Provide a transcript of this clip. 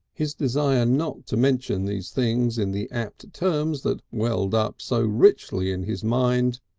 his desire not to mention these things in the apt terms that welled up so richly in his mind,